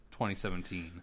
2017